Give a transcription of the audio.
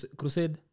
crusade